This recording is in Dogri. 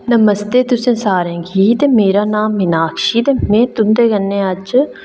नमस्ते तुसे सारे गी ते मेरा नांऽ मिनाक्षी ते में तुं'दे कन्नै अज